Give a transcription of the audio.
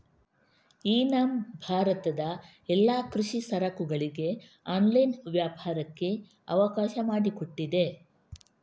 E NAM ಭಾರತದ ಎಲ್ಲಾ ಕೃಷಿ ಸರಕುಗಳಿಗೆ ಆನ್ಲೈನ್ ವ್ಯಾಪಾರಕ್ಕೆ ಅವಕಾಶ ಮಾಡಿಕೊಟ್ಟಿದೆ